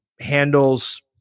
handles